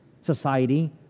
society